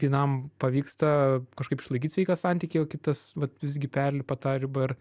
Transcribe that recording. vienam pavyksta kažkaip išlaikyt sveiką santykį o kitas vat visgi perlipa ta ribą ir